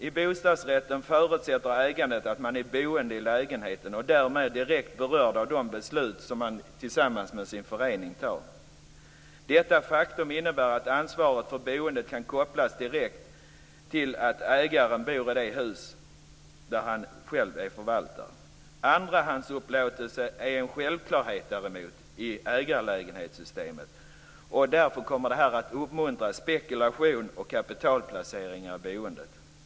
I bostadsrätten förutsätter ägandet att man är boende i lägenheten och därmed direkt berörd av de beslut som man fattar tillsammans med sin förening. Detta faktum innebär att ansvaret för boendet kan kopplas direkt till att ägaren bor i det hus som han själv förvaltar. Andrahandsupplåtelse är däremot en självklarhet i ägarlägenhetssystemet. Därför kommer den att uppmuntra spekulation och kapitalplacering i boendet.